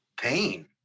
pain